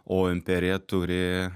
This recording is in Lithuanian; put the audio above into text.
o imperija turi